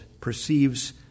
perceives